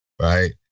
right